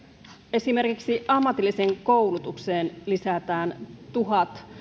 esimerkiksi ammatilliseen koulutukseen lisätään tuhat